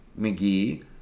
McGee